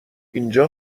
اینجا